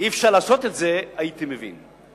אי-אפשר לעשות את זה, הייתי מבין.